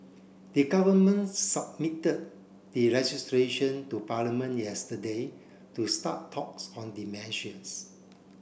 the government submitted the legislation to Parliament yesterday to start talks on the measures